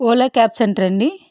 Ola cabs సెంటరా అండి